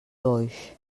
oix